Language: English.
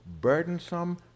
burdensome